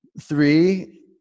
Three